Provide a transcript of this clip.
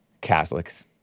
Catholics